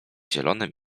zielonym